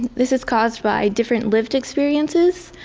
this is caused by different lived experiences.